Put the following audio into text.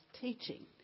teaching